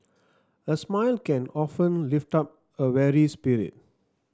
a smile can often lift up a weary spirit